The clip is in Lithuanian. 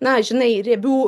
na žinai riebių